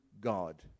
God